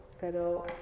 pero